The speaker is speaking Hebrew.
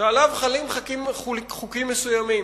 שעליו חלים חוקים מסוימים,